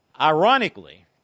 Ironically